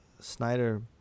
Snyder